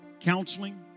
counseling